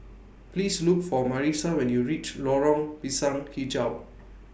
Please Look For Marisa when YOU REACH Lorong Pisang Hijau